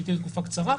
שהיא תקופה קצרה,